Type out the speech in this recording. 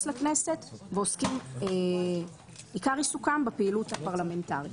לכנסת ועיקר עיסוקם בפעילות הפרלמנטרית.